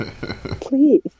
Please